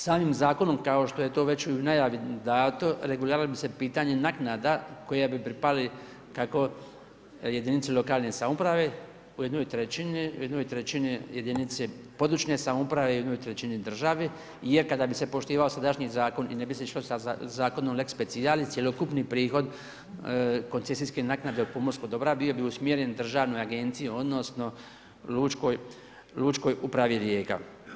Samim zakonom kao što je to već u najavi dato regulirala bi se pitanje naknada koje bi pripali kako jedinici lokalne samouprave u 1/3 u 1/3 jedinici područne samouprave i u 1/3 državi jer kada bi se poštivao sadašnji zakon i ne bi se išlo sa zakonom lex specialis cjelokupni prihod koncesijske naknade od pomorskog dobra bio bi usmjeren državnoj agenciji odnosno Lučkoj upravi Rijeka.